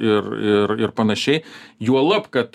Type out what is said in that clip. ir ir ir panašiai juolab kad